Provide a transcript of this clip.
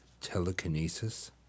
telekinesis